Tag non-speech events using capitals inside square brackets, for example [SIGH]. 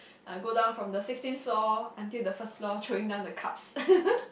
uh go down from the sixteen floor until the first floor throwing down the cups [LAUGHS]